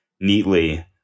neatly